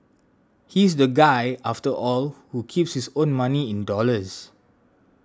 he's the guy after all who keeps his own money in dollars